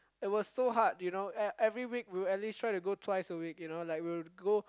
it was so hard you know e~ every week we'll at least try to go twice a week you know like we'll go